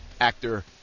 actor